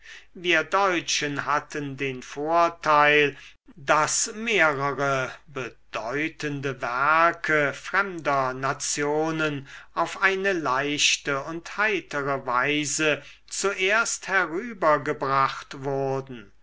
wir deutsche hatten den vorteil daß mehrere bedeutende werke fremder nationen auf eine leichte und heitere weise zuerst herübergebracht wurden